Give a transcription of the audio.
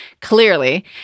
clearly